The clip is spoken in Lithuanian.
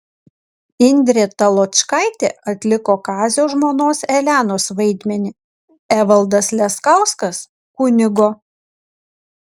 indrė taločkaitė atliko kazio žmonos elenos vaidmenį evaldas leskauskas kunigo